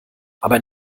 aber